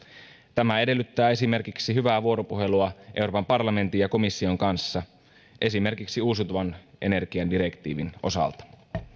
tämä edellyttää esimerkiksi hyvää vuoropuhelua euroopan parlamentin ja komission kanssa esimerkiksi uusiutuvan energian direktiivin osalta